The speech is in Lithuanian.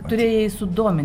turėjai sudominti